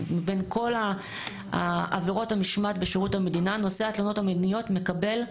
בין כל עבירות המשמעת בשירות המדינה נושא התלונות המיניות מקבל,